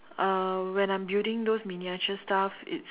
uh when I'm building those miniature stuff it's